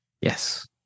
Yes